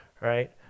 right